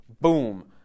boom